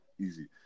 easy